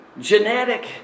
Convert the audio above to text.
genetic